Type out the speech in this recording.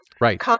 Right